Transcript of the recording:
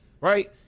right